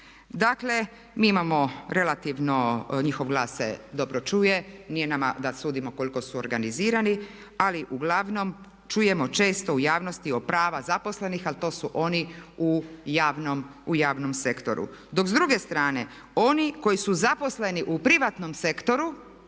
Dakle mi imamo relativno, njihov glas se dobro čuje, nije nama da sudimo koliko su organizirani ali uglavnom čujemo često u javnosti o pravima zaposlenih ali to su oni u javnom sektoru. Dok s druge strane oni koji su zaposleni u privatnom sektoru